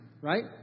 right